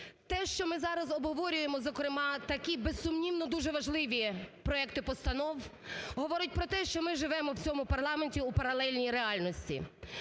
Те, що ми зараз обговорюємо, зокрема, такі безсумнівно дуже важливі проекти постанов говорить про те, що ми живемо в цьому парламенті у паралельній реальності,